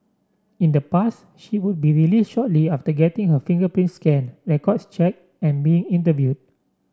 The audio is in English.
in the past she would be released shortly after getting her fingerprint scanned records checked and being interviewed